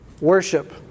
Worship